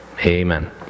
Amen